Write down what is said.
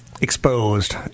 exposed